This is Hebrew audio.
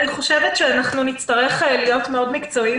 אני חושבת שאנחנו נצטרך להיות פה מאוד מקצועיים